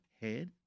head